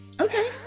Okay